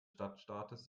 stadtstaats